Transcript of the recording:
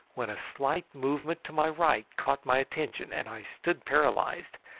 when a slight movement to my right caught my attention and i stood paralysed,